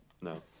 No